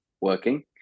working